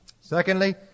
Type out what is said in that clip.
Secondly